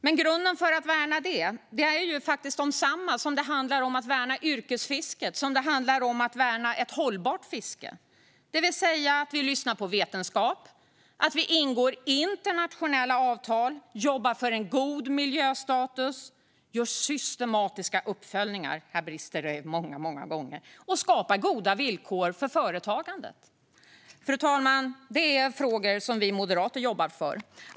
Men grunden för att värna den är densamma som när det handlar om att värna yrkesfisket och ett hållbart fiske, det vill säga att vi lyssnar på vetenskap, ingår internationella avtal, jobbar för en god miljöstatus, gör systematiska uppföljningar - här brister det många gånger - och skapar goda villkor för företagandet. Fru talman! Detta är frågor som vi moderater jobbar för.